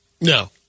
No